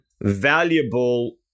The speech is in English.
valuable